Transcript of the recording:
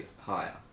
higher